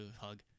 hug